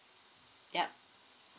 yup